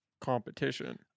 competition